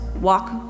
walk